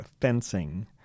fencing